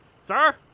Sir